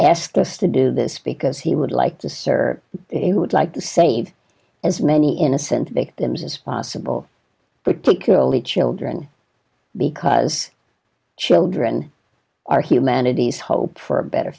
asked us to do this because he would like to serve it would like to save as many innocent victims as possible but only children because children are humanity's hope for a better